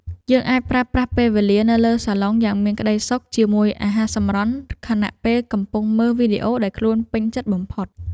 យើងអាចប្រើប្រាស់ពេលវេលានៅលើសាឡុងយ៉ាងមានក្ដីសុខជាមួយអាហារសម្រន់ខណៈពេលកំពុងមើលវីដេអូដែលខ្លួនពេញចិត្តបំផុត។